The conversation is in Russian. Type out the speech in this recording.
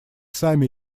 сами